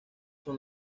son